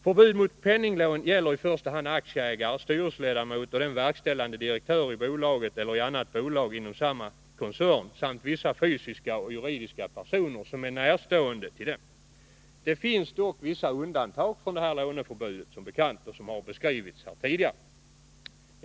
Förbud mot penninglån gäller i första hand aktieägare, styrelseledamot och den verkställande direktören i bolaget eller i annat bolag inom samma koncern samt vissa fysiska och juridiska personer som är närstående till dem. Det finns dock som bekant vissa undantag från låneförbudet, som har beskrivits här tidigare.